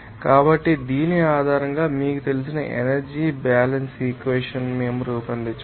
కాబట్టి దీని ఆధారంగా మీకు తెలిసిన ఎనర్జీ బ్యాలెన్స్ ఇక్వెషన్ మేము రూపొందించవచ్చు